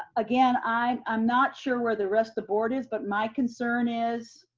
again, i'm not sure where the rest of the board is, but my concern is,